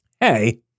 Hey